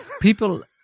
people